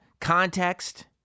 context